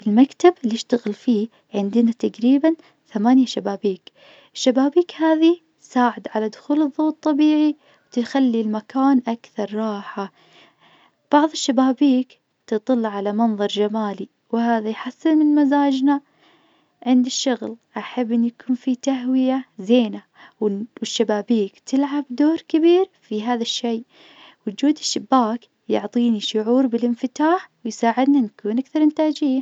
في المكتب اللي أشتغل فيه عندنا تقريبا ثمانية شبابيك. الشبابيك هذي تساعد على دخول الظوء الطبيعي وتخلي المكان أكثر راحة. بعض الشبابيك تطل على منظر جمالي وهذا يحسن من مزاجنا عند الشغل. أحب إن يكون في تهوية زينة والن- والشبابيك تلعب دور كبير في هذا الشيء. وجود الشباك يعطيني شعور بلإنفتاح ويساعدني نكون أكثر إنتاجية.